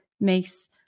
makes